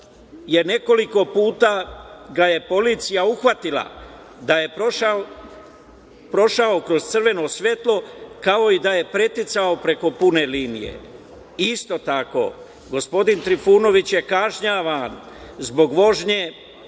je nekoliko puta ga je policija uhvatila da je prošao kroz crveno svetlo, kao i da je preticao preko pune linije. Isto tako, gospodin Trifunović je kažnjavan zbog vožnje